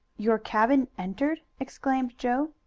your cabin entered! exclaimed joe.